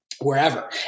wherever